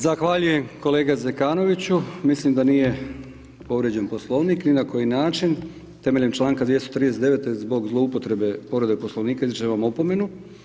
Zahvaljujem kolega Zekanoviću, mislim da nije povrijeđen poslovnik, ni na koji način, temeljem članka 239. zbog zloupotrebe povrede poslovnika, izričem vam opomenu.